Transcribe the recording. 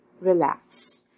relax